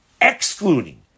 excluding